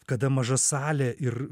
kada maža salė ir